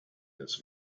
this